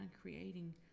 creating